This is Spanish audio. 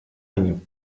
año